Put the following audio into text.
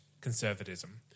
conservatism